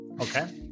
Okay